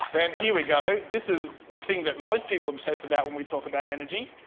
then here we go, this is the thing that most people obsess about when we talk about energy,